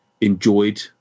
enjoyed